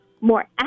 more